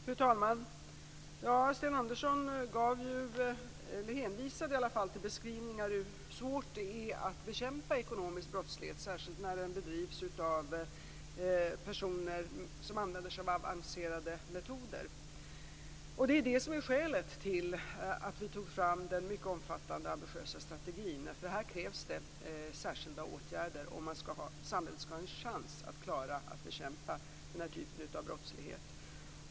Fru talman! Sten Andersson hänvisade till beskrivningar av hur svårt det är att bekämpa ekonomisk brottslighet, särskilt när den bedrivs av personer som använder sig av avancerade metoder. Det är det som är skälet till att vi tog fram den mycket omfattande och ambitiösa strategin. Här krävs det nämligen särskilda åtgärder om samhället skall ha en chans att klara att bekämpa den här typen av brottslighet.